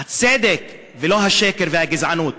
הצדק, ולא השקר והגזענות.